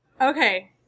Okay